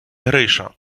гриша